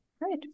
Right